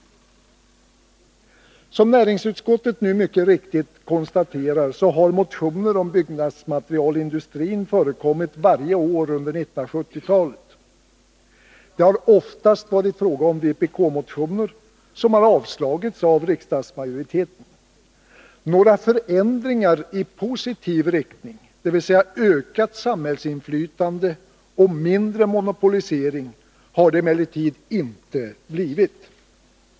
Som näringsutskottet nu mycket riktigt konstaterar har motioner om byggnadsmaterialindustrin förekommit varje år under 1970-talet. Det har oftast varit fråga om vpk-motioner, som avslagits av riksdagsmajoriteten. Några förändringar i positiv riktning, dvs. innebärande ökat samhällsinflytande och mindre monopolisering, har det emellertid inte blivit.